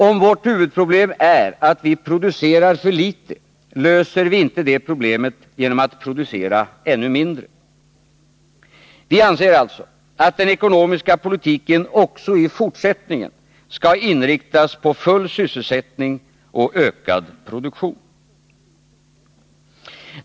Om vårt huvudproblem är att vi producerar för litet, löser vi inte det problemet genom att producera ännu mindre. Vi anser alltså att den ekonomiska politiken också i fortsättningen skall inriktas på full sysselsättning och ökad produktion.